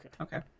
okay